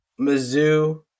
Mizzou